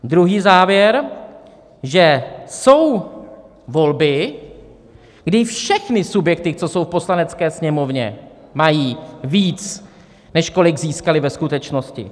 Druhý závěr: že jsou volby, kdy všechny subjekty, co jsou v Poslanecké sněmovně, mají víc, než kolik získaly ve skutečnosti.